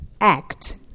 act